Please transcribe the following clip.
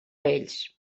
ells